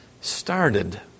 started